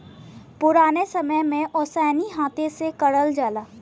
पुराने समय में ओसैनी हाथे से करल जाला